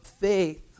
faith